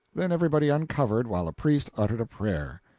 then everybody uncovered while a priest uttered a prayer.